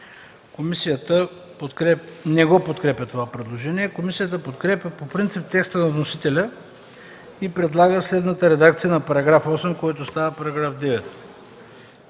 Комисията подкрепя по принцип текста на вносителя и предлага следната редакция на § 22, който става § 25: „§